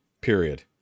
Period